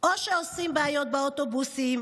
או שעושים בעיות באוטובוסים,